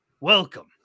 Welcome